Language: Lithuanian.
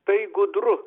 tai gudru